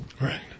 Right